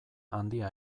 handia